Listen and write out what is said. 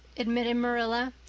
admitted marilla.